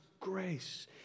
grace